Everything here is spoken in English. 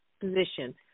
position